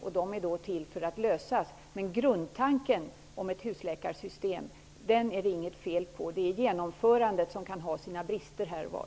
Men de problemen är till för att lösas. Grundtanken om ett husläkarsystem är det dock inte något fel på. Det är genomförandet som kan ha brister här och var.